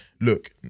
look